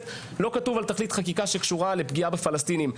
לא כתוב על תכלית חקיקה שקשורה לפגיעה בפלסטינים.